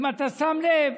אם אתה שם לב,